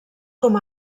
com